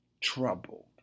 troubled